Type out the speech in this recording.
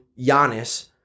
Giannis